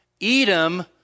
Edom